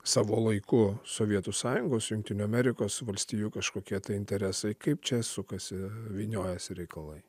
savo laiku sovietų sąjungos jungtinių amerikos valstijų kažkokie interesai kaip čia sukasi vyniojasi reikalai